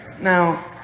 now